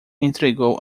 entregou